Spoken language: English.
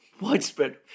widespread